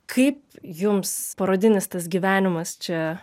kaip jums parodinis tas gyvenimas čia